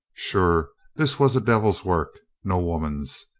sure this was a devil's work, no woman's.